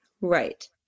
right